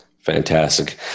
Fantastic